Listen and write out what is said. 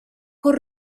con